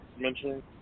mentioning